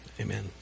amen